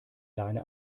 leine